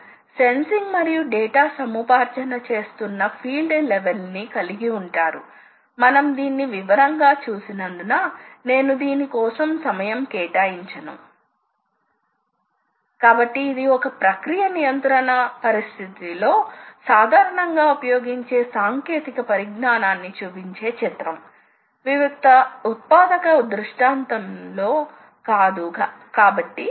కానీ ఆధునిక యంత్రాలలో ఈ విషయాలు అస్సలు లేవు ఆధునిక యంత్రాలు అన్నీ కంప్యూటర్ నియంత్రణ లో ఉంటాయి కాబట్టి ప్రాథమికంగా కంప్యూటర్ సంఖ్యా పరంగా నియంత్రించబడుతుంది అంటే కంప్యూటర్ నియంత్రణ అని అర్థం కాబట్టి ఇది సాధారణంగా మైక్రోప్రాసెసర్ కావచ్చు ఇది పారిశ్రామిక PC కావచ్చు కొన్నిసార్లు ఇది ఒక PLC ఉంటుంది కాబట్టి వివిధ రకాల పారిశ్రామిక కంప్యూటర్ లు ఉపయోగించబడతాయి